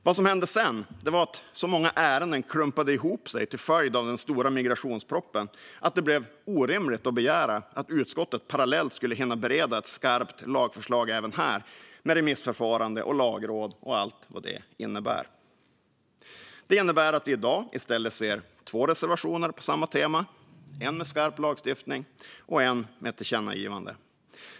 Vad som sedan hände var att så många ärenden klumpades ihop till följd av den stora migrationspropositionen att det blev orimligt att begära att utskottet parallellt skulle hinna bereda ett skarpt lagförslag, med remissförfarande, lagråd och allt vad det i övrigt innebär. Det betyder att vi i dag i stället ser två reservationer på samma tema, en med skarp lagstiftning och en med ett tillkännagivande.